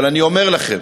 אבל אני אומר לכם